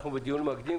אנחנו בדיון מקדים.